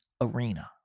arena